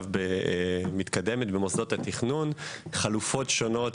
שמתמקדת במוסדות התכנון חלופות שונות.